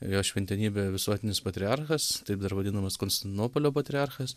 jo šventenybė visuotinis patriarchas taip dar vadinamas konstantinopolio patriarchas